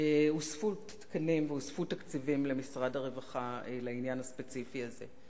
הוספו תקנים והוספו תקציבים למשרד הרווחה לעניין הספציפי הזה.